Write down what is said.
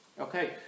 Okay